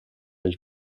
elle